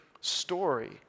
story